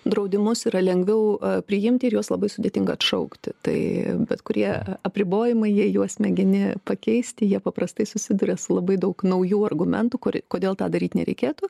draudimus yra lengviau priimti ir juos labai sudėtinga atšaukti tai bet kurie apribojimai jei juos mėgini pakeisti jie paprastai susiduria su labai daug naujų argumentų kodėl tą daryt nereikėtų